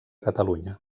catalunya